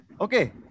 Okay